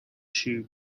shoe